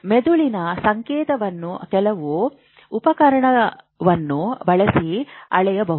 ಮೆದುಳಿನ ಸಂಕೇತವನ್ನು ಕೆಲವು ಉಪಕರಣವನ್ನು ಬಳಸಿ ಅಳೆಯಬಹುದು